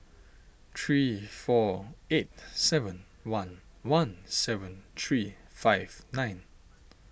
three four eight seven one one seven three five nine